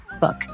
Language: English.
book